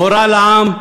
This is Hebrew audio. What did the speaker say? מורל העם,